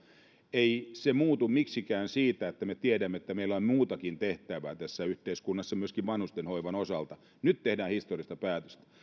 ei se muutu miksikään siitä että me tiedämme että meillä on muutakin tehtävää tässä yhteiskunnassa myöskin vanhusten hoivan osalta nyt tehdään historiallista päätöstä